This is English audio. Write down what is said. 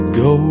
go